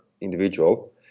individual